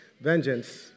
vengeance